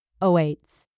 awaits